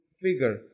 figure